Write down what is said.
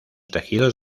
tejidos